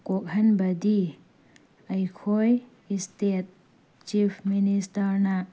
ꯀꯣꯛꯍꯟꯕꯗꯤ ꯑꯩꯈꯣꯏ state chief ꯃꯤꯅꯤꯁꯇꯔꯅ